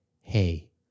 hey